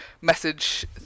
message